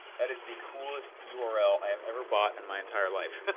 that is the coolest yeah url i have ever bought in my entire life.